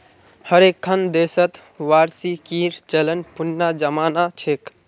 हर एक्खन देशत वार्षिकीर चलन पुनना जमाना छेक